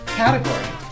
category